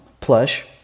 plush